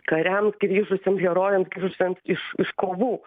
kariams grįžusiems herojams grįžusiem iš kovų